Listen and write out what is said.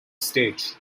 stage